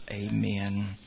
amen